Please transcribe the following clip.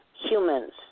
humans